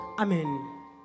Amen